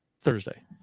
Thursday